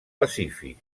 pacífic